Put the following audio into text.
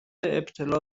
ابتلا